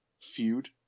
feud